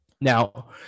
Now